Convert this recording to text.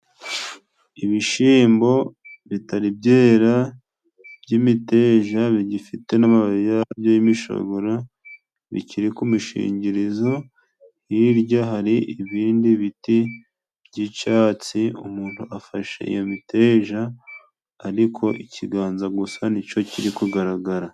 Ibishyimbo bitari ibyera, by'imiteja bigifite n'amababi yabyo y'imishongo, bikiri ku mishingirizo, hirya hari ibindi biti by'icyatsi, umuntu afashe iyo miteja ariko ikiganza gusa nicyo kiri kugaragara.